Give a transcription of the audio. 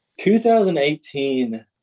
2018